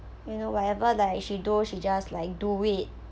you know whatever like she do she just like do it